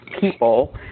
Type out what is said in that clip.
people